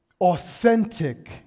authentic